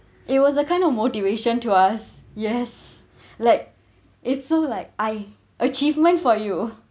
it was a kind of motivation to us yes like it's so like I achievement for you